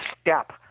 step